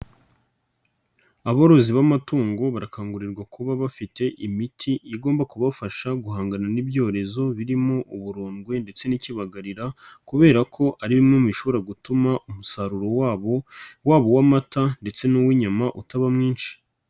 Aborozi b'amatungo barakangurirwa kuba bafite imiti igomba kubafasha guhangana n'ibyorezo, birimo uburondwe ndetse n'ikibagarira kubera ko ari bimwe mu bishobora gutuma umusaruro wabo, waba uw'amata ndetse n'uw'inyama utaba mwinshi.